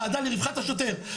ועדה לרווחת השוטר.